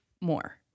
more